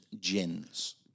gins